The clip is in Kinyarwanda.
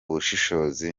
bushishozi